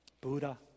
Buddha